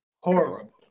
Horrible